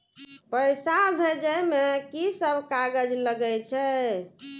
पैसा भेजे में की सब कागज लगे छै?